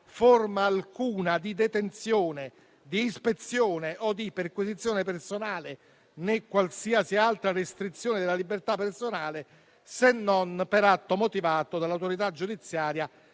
forma alcuna di detenzione, di ispezione o di perquisizione personale, né qualsiasi altra restrizione della libertà personale, se non per atto motivato dall'autorità giudiziaria